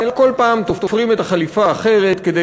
אלא כל פעם תופרים את החליפה אחרת כדי